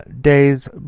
days